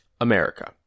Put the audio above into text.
America